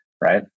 Right